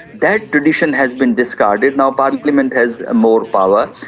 that tradition has been discarded now parliament has more power.